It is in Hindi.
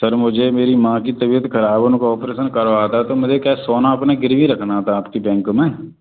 सर मुझे मेरी माँ की तबियत खराब है उनका ऑपरेसन करवाना है तो मुझे क्या है सोना अपना गिरवी रखना था आपकी बैंक में